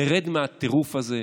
נרד מהטירוף הזה,